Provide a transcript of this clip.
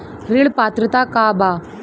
ऋण पात्रता का बा?